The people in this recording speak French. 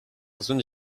zones